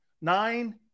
Nine